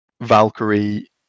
Valkyrie